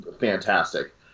fantastic